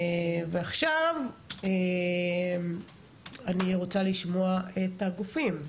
ועכשיו אני רוצה לשמוע את הגופים.